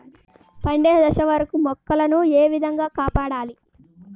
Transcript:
పండిన దశ వరకు మొక్కల ను ఏ విధంగా కాపాడాలి?